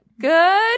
Good